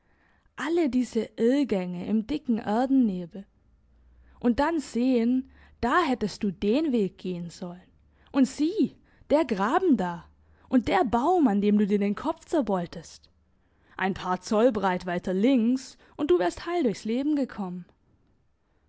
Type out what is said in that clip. alle diese irrgänge im dicken erdennebel und dann sehen da hättest du den weg gehen sollen und sieh der graben da und der baum an dem du dir den kopf zerbeultest ein paar zoll breit weiter links und du wärst heil durchs leben gekommen